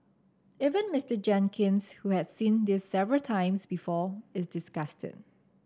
even Mister Jenkins who has seen this several times before is disgusted